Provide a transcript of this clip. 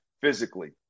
physically